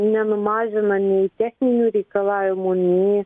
nenumažina nei techninių reikalavimų nei